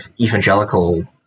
evangelical